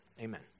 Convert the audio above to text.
amen